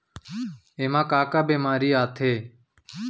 एमा का का बेमारी आथे?